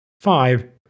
Five